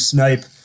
Snipe